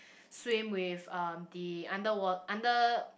swim with um the underwa~ under